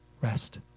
rest